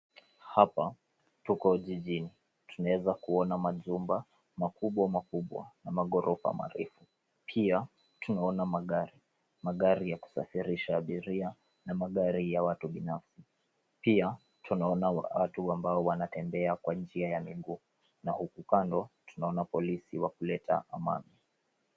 Hapa tuko jijini. Tunaweza kuona majumba makubwa makubwa na maghorofa marefu. Pia tunaona magari, magari ya kusafirisha abiria na magari ya watu binafsi. Pia tunaona ambao wanatembea kwa njia miguu na huku kando tunaona polisi wa kuleta amani.